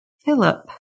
Philip